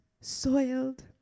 soiled